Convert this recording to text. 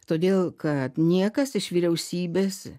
todėl kad niekas iš vyriausybės